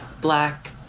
Black